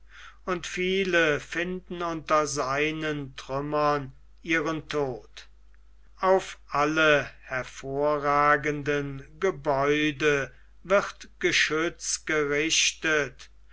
und viele finden unter seinen trümmern ihren tod auf alle hervorragenden gebäude wird geschütz gerichtet